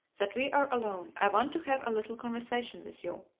that we are alone, i want to have a little conversation with you.